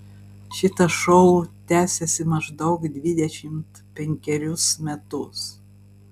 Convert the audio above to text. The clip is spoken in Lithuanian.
šitas šou tęsiasi maždaug dvidešimt penkerius metus